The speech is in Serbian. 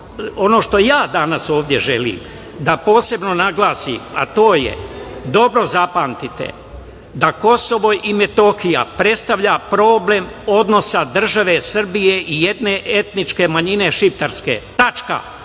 što ja danas ovde želim da posebno naglasim, a to je, dobro zapamtite, da Kosovo i Metohija predstavlja problem odnosa države Srbije i jedne etničke manjine šiptarske. Dobro